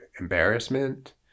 embarrassment